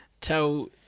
...tell